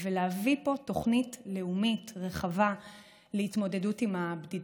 ולהביא פה תוכנית לאומית רחבה להתמודדות עם הבדידות.